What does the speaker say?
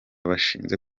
bashinze